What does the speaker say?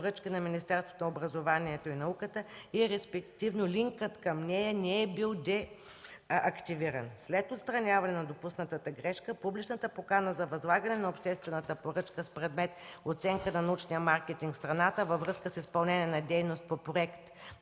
„Поръчки на Министерството на образованието и науката” и респективно линкът към нея е бил деактивиран. След отстраняване на допуснатата грешка, публичната покана за възлагане на обществената поръчка с предмет „Оценка на научния маркетинг в страната” във връзка с изпълнение на дейност по Проект